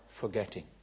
forgetting